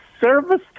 service